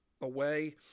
away